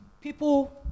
people